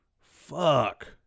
Fuck